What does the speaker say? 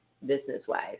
business-wise